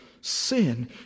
sin